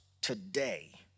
today